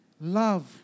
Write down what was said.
Love